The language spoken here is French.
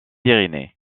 pyrénées